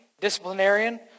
disciplinarian